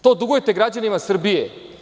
To dugujete građanima Srbije.